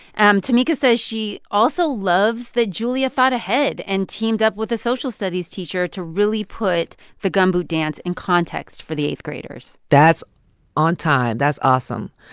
um tamica says she also loves that julia thought ahead and teamed up with a social studies teacher to really put the gumboot dance in context for the eighth graders that's on time. that's awesome.